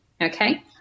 Okay